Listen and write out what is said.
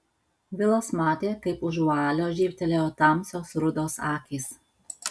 vilas matė kaip už vualio žybtelėjo tamsios rudos akys